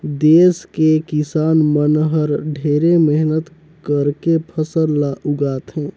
देस के किसान मन हर ढेरे मेहनत करके फसल ल उगाथे